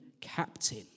captain